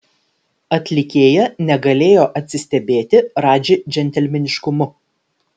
atlikėja negalėjo atsistebėti radži džentelmeniškumu